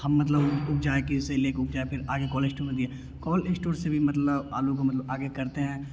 हम मतलब उपजाए के जैसे लेके उपजाए फिर आगे कॉल इश्टोर में दिए कॉल इश्टोर से भी मतलब आलू को मतलब आगे करते हैं